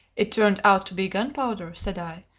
it turned out to be gunpowder, said i,